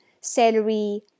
celery